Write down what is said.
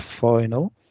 final